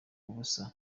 ubusa